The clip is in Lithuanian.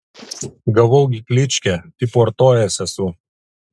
gavau gi kličkę tipo artojas esu